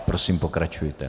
Prosím, pokračujte.